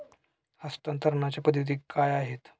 हस्तांतरणाच्या पद्धती काय आहेत?